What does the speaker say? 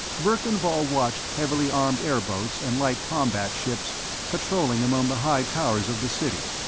verkan vall watched heavily-armed airboats and light combat ships patrolling among the high towers of the city.